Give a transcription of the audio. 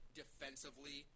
defensively